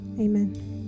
Amen